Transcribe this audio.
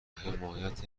حمایت